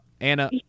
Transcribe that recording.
Anna